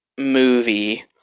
movie